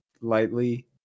lightly